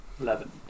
Eleven